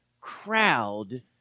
crowd